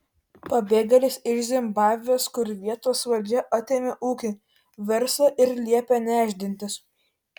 pabėgėlis iš zimbabvės kur vietos valdžia atėmė ūkį verslą ir liepė nešdintis